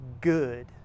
good